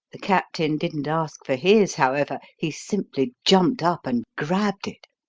the captain didn't ask for his, however he simply jumped up and grabbed it.